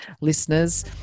listeners